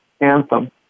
anthem